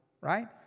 right